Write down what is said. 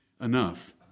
enough